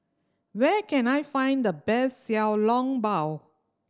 where can I find the best Xiao Long Bao